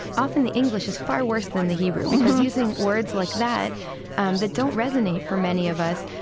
often the english is far worse than the hebrew, because using words like that um that don't resonate for many of us.